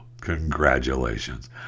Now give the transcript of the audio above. Congratulations